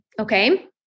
okay